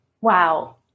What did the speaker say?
Wow